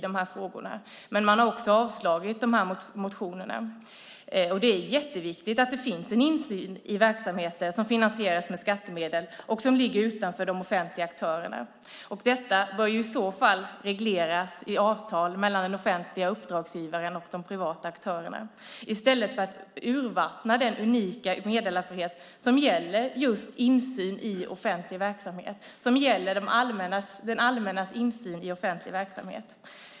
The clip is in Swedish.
Men motionerna har också avslagits. Det är viktigt att det finns en insyn i verksamheter som finansieras med skattemedel och som ligger utanför de offentliga aktörerna. Detta bör i så fall regleras i avtal mellan den offentliga uppdragsgivaren och de privata aktörerna i stället för att urvattna den unika meddelarfrihet som gäller just det allmännas insyn i offentlig verksamhet.